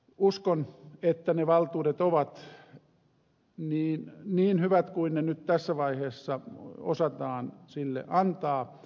uskon että ne valtuudet ovat niin hyvät kuin nyt tässä vaiheessa osataan sille antaa